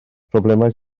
problemau